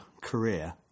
career